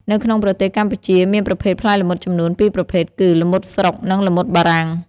នៅក្នុងប្រទេសកម្ពុជាមានប្រភេទផ្លែល្មុតចំនួន ពីរប្រភេទ គឺ ល្មុតស្រុក និង ល្មុតបារាំង។